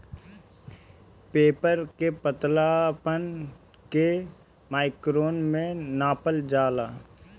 paper के पतलापन के माइक्रोन में नापल जाला